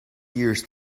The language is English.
years